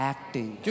Acting